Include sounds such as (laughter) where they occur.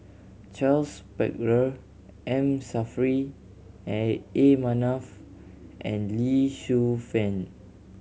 Charles Paglar M Saffri (hesitation) A Manaf and Lee Shu Fen